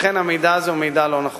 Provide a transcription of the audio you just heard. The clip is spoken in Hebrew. או מעשי ידיהן של ממשלות לדורותיהן.